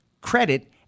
Credit